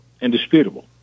indisputable